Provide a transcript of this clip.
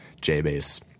J-Bass